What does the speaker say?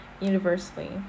universally